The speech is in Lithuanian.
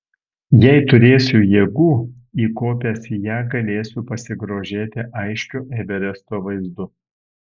jei turėsiu jėgų įkopęs į ją galėsiu pasigrožėti aiškiu everesto vaizdu